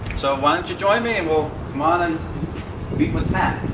so, why don't you join me and we'll come on and meet with pat.